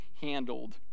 handled